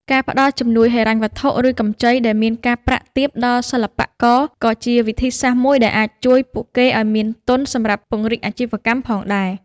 ការផ្តល់ជំនួយហិរញ្ញវត្ថុឬកម្ចីដែលមានការប្រាក់ទាបដល់សិប្បករក៏ជាវិធីសាស្ត្រមួយដែលអាចជួយពួកគេឱ្យមានទុនសម្រាប់ពង្រីកអាជីវកម្មផងដែរ។